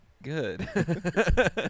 good